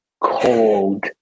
cold